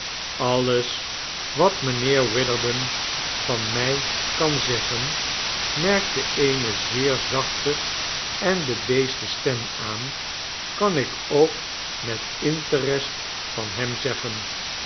alles wat mijnheer witherden van mij kan zeggen merkte eene zeer zachte en bedeesde stem aan kan ik ook met interest van hem zeggen